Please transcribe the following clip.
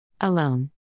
Alone